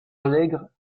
alegre